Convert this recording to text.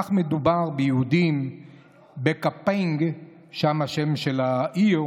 מדובר ביהודים בקאיפנג, זה השם של העיר,